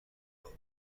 خورد